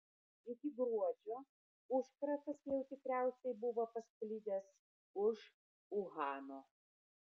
iki gruodžio užkratas jau tikriausiai buvo pasklidęs už uhano